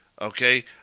okay